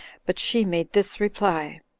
but she made this reply